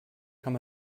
kann